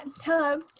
hello